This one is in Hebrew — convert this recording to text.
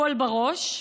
הכול בראש,